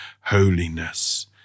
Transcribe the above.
holiness